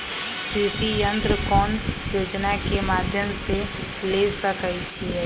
कृषि यंत्र कौन योजना के माध्यम से ले सकैछिए?